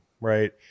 Right